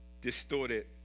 distorted